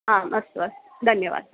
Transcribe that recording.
आम् अस्तु अस्तु धन्यवादः